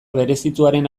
berezituaren